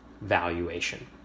valuation